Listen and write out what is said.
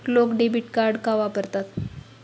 लोक debit card का वापरतात?